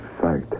sight